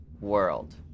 world